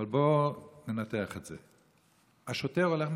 אבל בוא ננתח את זה: השוטר הולך עם